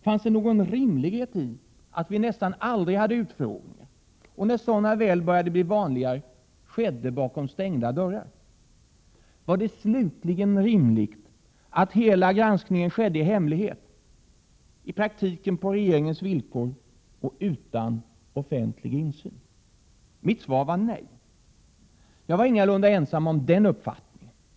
Fanns det någon rimlighet i att vi nästan aldrig hade utfrågningar, och när sådana väl började bli vanligare, de skedde bakom stängda dörrar? Var det slutligen rimligt att hela granskningen skedde i hemlighet, i praktiken på regeringens villkor och utan offentlig insyn? Mitt svar var nej. Jag var ingalunda ensam om den uppfattningen.